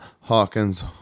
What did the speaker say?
Hawkins